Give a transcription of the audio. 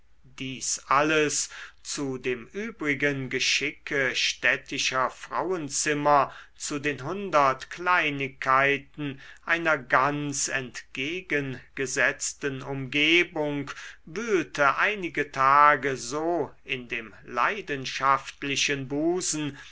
dies alles zu dem übrigen geschicke städtischer frauenzimmer zu den hundert kleinigkeiten einer ganz entgegengesetzten umgebung wühlte einige tage so in dem leidenschaftlichen busen